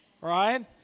right